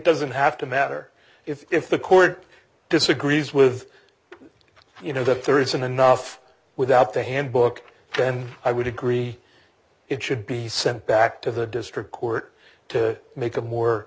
doesn't have to matter if the court disagrees with you know that there isn't enough without the handbook then i would agree it should be sent back to the district court to make a more